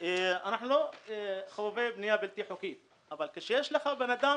אנחנו לא חובבי בנייה בלתי חוקית אבל בן אדם